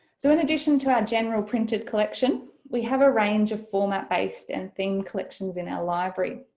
so in addition to our general printed collection we have a range of format based and themed collections in our library,